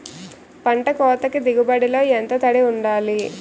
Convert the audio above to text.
పంట కోతకు దిగుబడి లో ఎంత తడి వుండాలి?